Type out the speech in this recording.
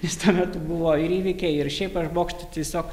jis tuo metu buvo ir įvykiai ir šiaip aš bokštai tiesiog